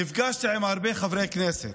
נפגשתי עם הרבה חברי כנסת,